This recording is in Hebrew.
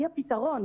היא הפתרון.